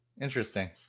Interesting